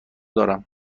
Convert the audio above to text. دارم